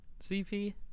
CP